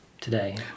today